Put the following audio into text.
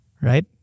right